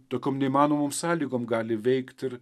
tokiom neįmanomom sąlygom gali veikt ir